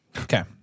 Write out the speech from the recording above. okay